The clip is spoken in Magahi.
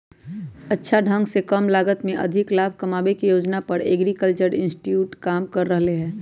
अच्छा ढंग से कम लागत में अधिक लाभ कमावे के योजना पर एग्रीकल्चरल इंस्टीट्यूट काम कर रहले है